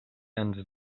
ens